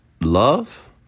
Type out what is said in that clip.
love